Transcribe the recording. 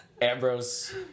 Ambrose